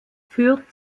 führt